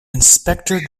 inspector